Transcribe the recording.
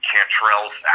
Cantrell's